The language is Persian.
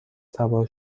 سوار